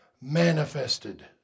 manifested